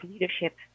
leadership